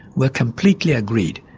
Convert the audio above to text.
we are completely agreed,